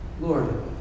Lord